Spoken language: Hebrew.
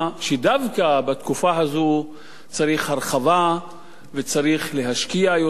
שדווקא בתקופה הזאת צריך הרחבה וצריך להשקיע יותר,